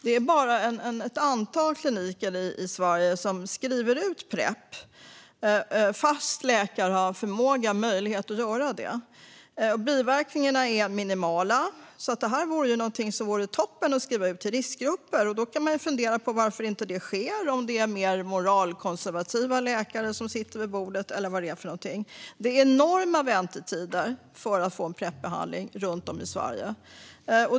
Det är bara ett antal kliniker i Sverige som skriver ut Prep, fast läkare har förmåga och möjlighet att göra det. Biverkningarna är minimala, så detta är något som vore toppen att skriva ut till riskgrupper. Man kan fundera på varför det inte sker, om det är för att det är mer moralkonservativa läkare som sitter vid bordet eller något annat. Det är enorma väntetider för att få Prep-behandling runt om i Sverige.